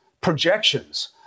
projections